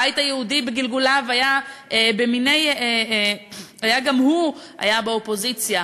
הבית היהודי בגלגוליו היה גם הוא באופוזיציה.